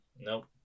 Nope